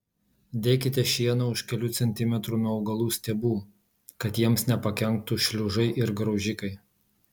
dėkite šieną už kelių centimetrų nuo augalų stiebų kad jiems nepakenktų šliužai ir graužikai